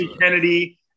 kennedy